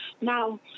now